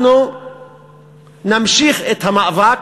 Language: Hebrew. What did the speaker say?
אנחנו נמשיך את המאבק.